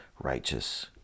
righteous